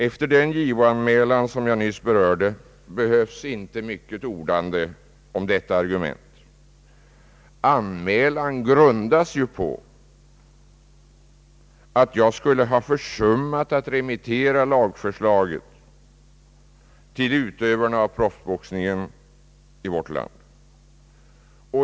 Efter den JO-anmälan jag nyss berörde behöver jag inte orda mycket om detta argument. Anmälan grundas ju på att jag skulle ha försummat att remittera lagförslaget till utövarna av professionell boxning i vårt land.